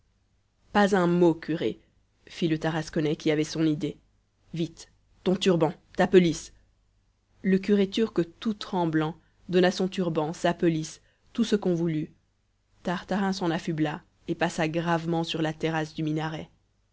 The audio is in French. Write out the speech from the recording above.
pas un mot curé fit le tarasconnais qui avait son idée vite ton turban ta pelisse le curé turc tout tremblant donna son turban sa pelisse tout ce qu'on voulut tartarin s'en affubla et passa gravement sur la terrasse du minaret